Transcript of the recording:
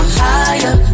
higher